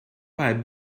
pipe